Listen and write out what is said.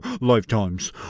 lifetimes